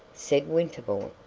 said winterbourne.